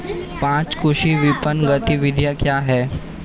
पाँच कृषि विपणन गतिविधियाँ क्या हैं?